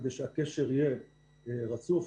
כדי שהקשר יהיה רצוף.